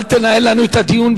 אל תנהל לנו את הדיון,